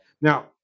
Now